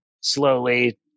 slowly